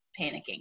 panicking